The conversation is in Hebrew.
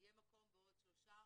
יהיה מקום בעוד שלושה,